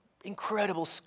incredible